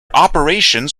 operations